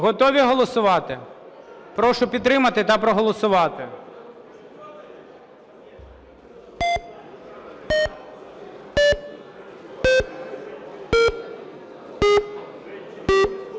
Готові голосувати? Прошу підтримати та проголосувати.